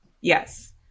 Yes